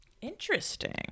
Interesting